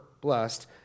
blessed